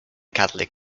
catholic